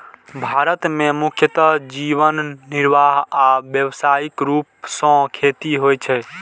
भारत मे मुख्यतः जीवन निर्वाह आ व्यावसायिक रूप सं खेती होइ छै